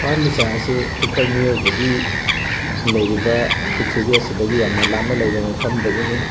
ꯊꯋꯥꯏꯃꯤꯆꯥꯛ ꯑꯁꯤ ꯑꯩꯈꯣꯏ ꯃꯤꯑꯣꯏꯕꯒꯤ ꯂꯩꯔꯤꯕ ꯄꯤꯛꯊ꯭ꯔꯤꯕꯤ ꯑꯁꯤꯗꯒꯤ ꯌꯥꯝꯅ ꯂꯥꯞꯅ ꯂꯩꯕ ꯃꯐꯝꯗꯒꯤꯅꯤ